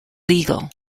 legal